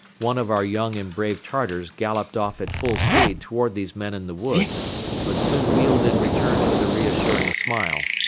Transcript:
one of our young and brave tartars galloped off at full speed toward these men in the wood but soon wheeled and returned with a reassuring smile.